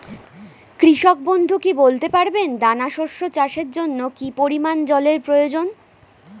কৃষক বন্ধু কি বলতে পারবেন দানা শস্য চাষের জন্য কি পরিমান জলের প্রয়োজন?